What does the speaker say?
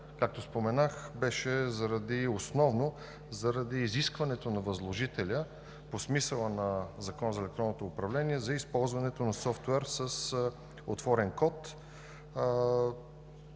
както споменах, беше основно заради изискването на възложителя по смисъла на Закона за електронното управление за използването на софтуер с отворен код.